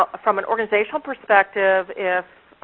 ah from an organizational perspective, if